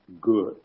good